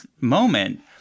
moment